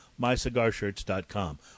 MyCigarShirts.com